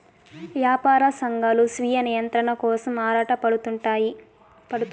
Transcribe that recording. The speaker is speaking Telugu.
యాపార సంఘాలు స్వీయ నియంత్రణ కోసం ఆరాటపడుతుంటారు